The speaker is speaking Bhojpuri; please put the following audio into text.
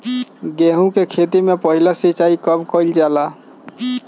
गेहू के खेती मे पहला सिंचाई कब कईल जाला?